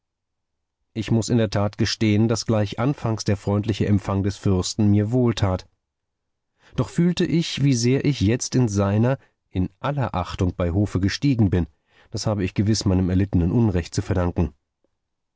ich muß in der tat gestehen daß gleich anfangs der freundliche empfang des fürsten mir wohltat doch fühle ich wie sehr ich jetzt in seiner in aller achtung bei hofe gestiegen bin das habe ich gewiß meinem erlittenen unrecht zu verdanken